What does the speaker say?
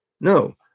No